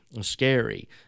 scary